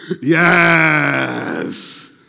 Yes